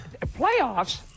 Playoffs